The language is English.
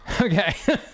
Okay